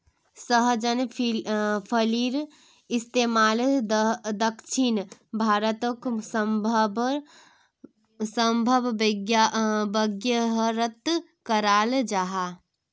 सहजन फलिर इस्तेमाल दक्षिण भारतोत साम्भर वागैरहत कराल जहा